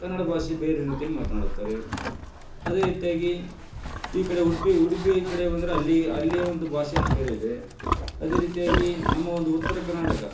ಕನ್ನಡ ಬಾಷೆ ಬೇರೆ ರೀತಿಯಲ್ಲಿ ಮಾತನಾಡುತ್ತಾರೆ ಅದೇ ರೀತಿಯಾಗಿ ಈ ಕಡೆ ಉಡುಪಿ ಉಡುಪಿ ಈ ಕಡೆ ಬಂದರೆ ಅಲ್ಲಿ ಅಲ್ಲಿಯ ಒಂದು ಭಾಷೆನೇ ಬೇರೆ ಇದೆ ಅದೇ ರೀತಿಯಾಗಿ ನಮ್ಮ ಒಂದು ಉತ್ತರ ಕರ್ನಾಟಕ